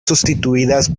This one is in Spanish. sustituidas